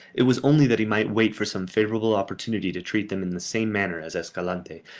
it was only that he might wait for some favourable opportunity to treat them in the same manner as escalante,